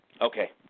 Okay